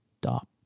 stop